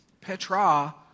Petra